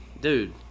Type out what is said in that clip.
Dude